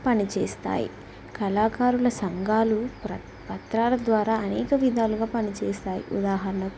పనిచేస్తాయి కళాకారుల సంఘాలు పత్రాల ద్వారా అనేక విధాలుగా పనిచేస్తాయి ఉదాహరణకు